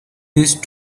these